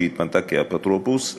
שהתמנתה כאפוטרופוס לחסויים.